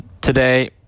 Today